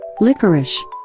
licorice